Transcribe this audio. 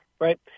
right